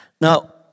Now